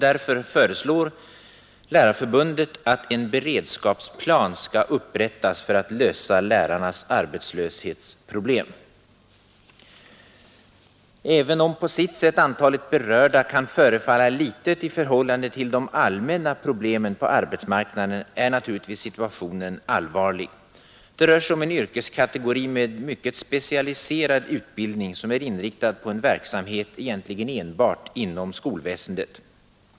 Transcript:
Därför föreslår Lärarförbundet att en beredskapsplan skall upprättas för att lösa lärarnas arbetslöshetsproblem. Även om antalet berörda kan förefalla litet i förhållande till de allmänna problemen på arbetsmarknaden, är naturligtvis situationen allvarlig. Det rör sig om en yrkeskategori med mycket specialiserad utbildning, som är inriktad på en verksamhet främst inom skolväsendet.